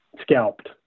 scalped